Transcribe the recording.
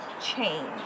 change